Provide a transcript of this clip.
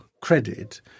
credit